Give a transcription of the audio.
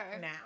now